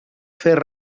fer